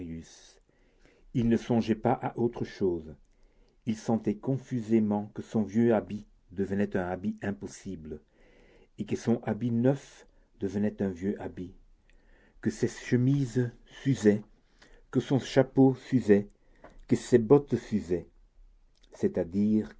il ne songeait pas à autre chose il sentait confusément que son vieux habit devenait un habit impossible et que son habit neuf devenait un vieux habit que ses chemises s'usaient que son chapeau s'usait que ses bottes s'usaient c'est-à-dire